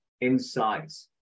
insights